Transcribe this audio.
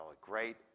great